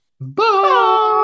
Bye